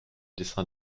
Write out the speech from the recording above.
dessin